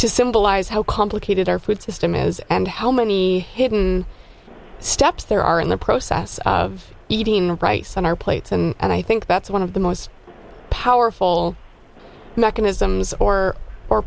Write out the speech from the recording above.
to symbolize how complicated our food system is and how many hidden steps there are in the process of eating rice on our plates and i think that's one of the most powerful mechanisms or mor